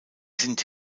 sind